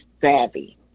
savvy